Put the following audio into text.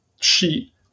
sheet